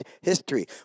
history